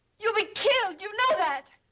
you'll be killed, you know that!